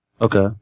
Okay